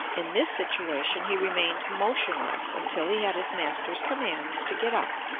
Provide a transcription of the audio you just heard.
in this situation he remained motionless until he had his master's commands to get up.